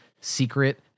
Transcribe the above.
secret